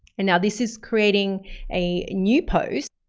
and now, this is creating a new post.